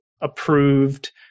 approved